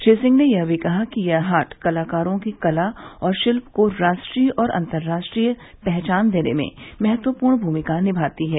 श्री सिंह ने यह भी कहा कि यह हाट कलाकारों की कला और शिल्प को राष्ट्रीय और अंतर्राष्ट्रीय पहचान देने में महत्वूपर्ण भूमिका निभाती है